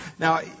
Now